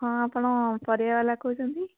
ହଁ ଆପଣ ପରିବାବାଲା କହୁଛନ୍ତି